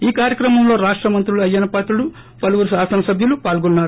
ఈ కార్యక్రమంలో రాష్ట మంత్రులు అయ్యన్సపాత్రుడు పలువురు శాసన సభ్యులు పాల్గొన్నారు